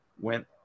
went